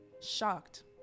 Shocked